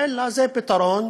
אלא זה פתרון